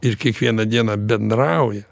ir kiekvieną dieną bendrauja